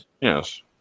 Yes